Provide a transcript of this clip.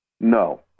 no